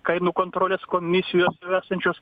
kainų kontrolės komisijos esančios